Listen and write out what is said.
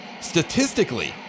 Statistically